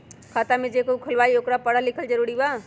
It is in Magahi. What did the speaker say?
खाता जे केहु खुलवाई ओकरा परल लिखल जरूरी वा?